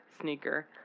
sneaker